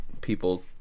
people